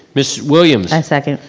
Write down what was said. ms. williams. i second.